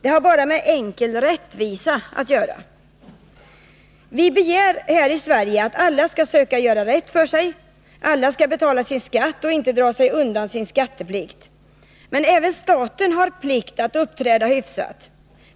Det har bara med enkel rättvisa att göra. Vi begär här i Sverige att alla skall göra rätt för sig. Alla skall betala sin skatt och inte dra sig undan sin skatteplikt. Men även staten har en plikt att uppträda hyfsat.